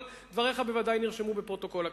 אבל דבריך בוודאי נרשמו בפרוטוקול הכנסת.